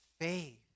faith